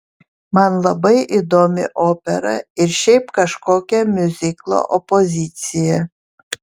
man labai įdomi opera ir šiaip kažkokia miuziklo opozicija